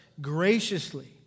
graciously